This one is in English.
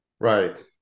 Right